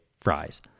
Fries